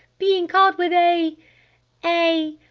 being caught with a a